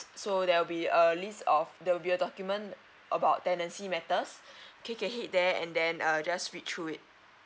so there will be a list of there will be a document about tenancy matters take a hit there and then err just read through it